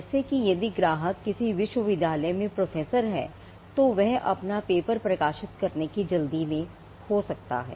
जैसे कि यदि ग्राहक किसी विश्वविद्यालय में प्रोफेसर है तो वह अपना पेपर प्रकाशित करने की जल्दी में हो सकता है